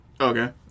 Okay